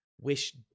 wish